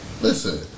listen